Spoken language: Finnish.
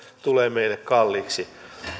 tulee meille kalliiksi